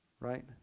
right